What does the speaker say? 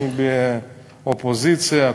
אני באופוזיציה,